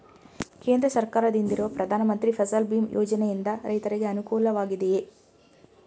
ಕೇಂದ್ರ ಸರ್ಕಾರದಿಂದಿರುವ ಪ್ರಧಾನ ಮಂತ್ರಿ ಫಸಲ್ ಭೀಮ್ ಯೋಜನೆಯಿಂದ ರೈತರಿಗೆ ಅನುಕೂಲವಾಗಿದೆಯೇ?